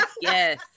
yes